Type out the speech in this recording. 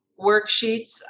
worksheets